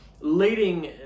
leading